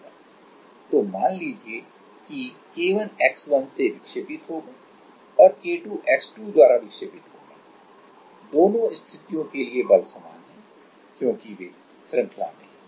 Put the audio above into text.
तो मान लीजिए कि K1 x1 से विक्षेपित होगा और K2 x2 द्वारा विक्षेपित होगा दोनों स्थितियों के लिए बल समान हैं क्योंकि वे श्रृंखला में हैं